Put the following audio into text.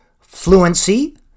fluency